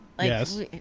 Yes